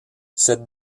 cette